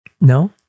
No